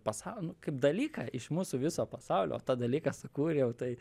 pasaulį nu kaip dalyką iš mūsų viso pasaulio o tą dalyką sukūriau tai